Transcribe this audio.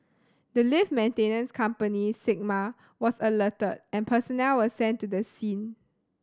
the lift maintenance company Sigma was alerted and personnel were sent to the scene